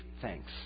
thanks